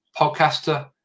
podcaster